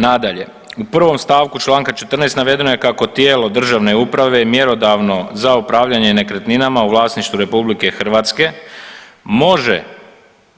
Nadalje, u 1. st. čl. 14 navedeno je kako tijelo državne uprave mjerodavno za upravljanje nekretninama u vlasništvu RH može